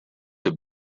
have